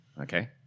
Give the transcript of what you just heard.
Okay